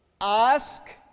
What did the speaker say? ask